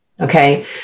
Okay